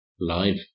Live